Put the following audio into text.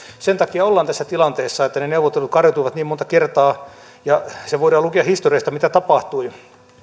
sen takia ollaan tässä tilanteessa että ne neuvottelut kariutuivat niin monta kertaa ja se voidaan lukea historiasta mitä tapahtui